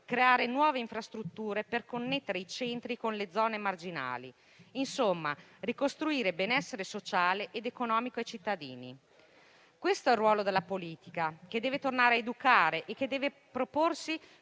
creare nuove infrastrutture per connettere i centri con le zone marginali. Insomma, bisogna ricostruire il benessere sociale ed economico dei cittadini. Questo è il ruolo della politica, che deve tornare a educare e proporsi